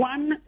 One